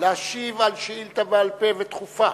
להשיב על שאילתא בעל-פה ודחופה,